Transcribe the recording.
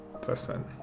person